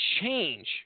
change